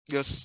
Yes